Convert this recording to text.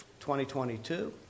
2022